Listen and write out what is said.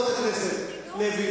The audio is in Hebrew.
חברת הכנסת לוי,